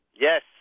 Yes